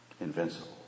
Invincible